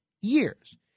years